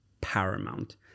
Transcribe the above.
paramount